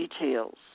details